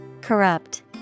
Corrupt